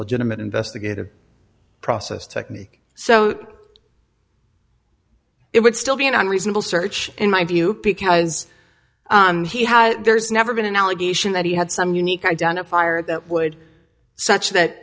legitimate investigative process technique so it would still be an unreasonable search in my view because he has there's never been an allegation that he had some unique identifier that would such that